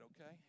okay